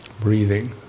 breathing